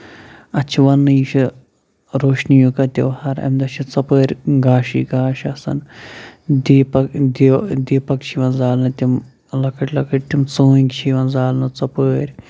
اَتھ چھِ وَننہٕ یہِ چھِ روشنی یُکہ تیٚوہار اَمہِ دۄہ چھِ ژۄپٲرۍ گاشی گاش آسَان دیٖپَک د دیٖپَک چھِ یِوان زالنہٕ تِم لَکٕٹۍ لَکٕٹۍ تِم ژوٗنٛگۍ چھِ یِوان زالنہٕ ژۄپٲرۍ